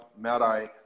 Madai